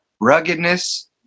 ruggedness